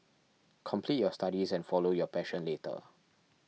complete your studies and follow your passion later